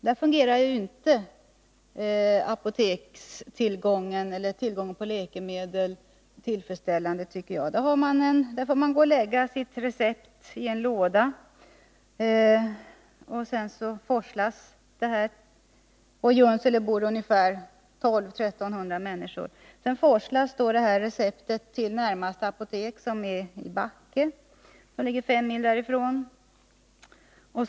Där fungerar inte distributionen av läkemedel tillfredsställande tycker jag. I Junsele bor 1200-1 300 människor. Man får gå och lägga sitt recept i en låda, och sedan forslas receptet till närmaste apotek som ligger i Backe, 5 mil från Junsele.